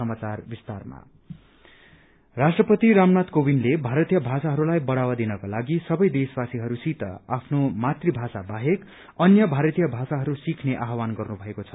Indian language राष्ट्रपति रामनाथ कोविन्दले भारतीय भाषाहरूलाई बढ़ावा दिनको लागि सबै देशवासीहरूसित आफ्नो मातृभाषा बाहेक अन्य भारतीय भाषाहरू सिख्ने आह्वान गर्नुभएको छ